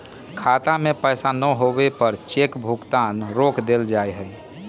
खाता में पैसा न होवे पर चेक भुगतान रोक देयल जा हई